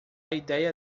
idéia